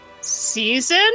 season